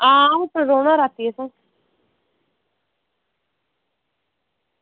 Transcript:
आं होटल रौह्ना रातीं असें